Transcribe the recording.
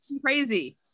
crazy